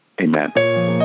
amen